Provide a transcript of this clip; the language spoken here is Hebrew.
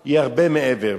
אלא הרבה מעבר.